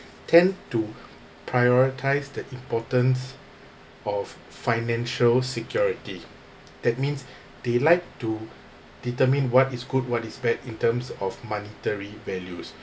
tend to prioritise the importance of financial security that means they like to determine what is good what is bad in terms of monetary values